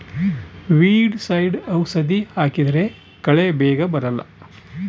weedicide ಔಷಧಿ ಹಾಕಿದ್ರೆ ಕಳೆ ಬೇಗ ಬರಲ್ಲ